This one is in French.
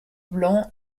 blanc